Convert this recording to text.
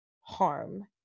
harm